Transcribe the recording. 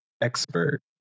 expert